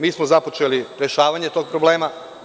Mi smo započeli rešavanje tog problema.